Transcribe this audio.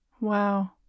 wow